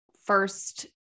first